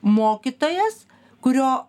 mokytojas kurio